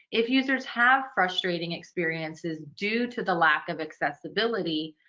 if users have frustrating experiences due to the lack of accessibility,